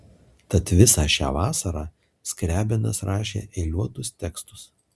tad visą šią vasarą skriabinas rašė eiliuotus tekstus